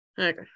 Okay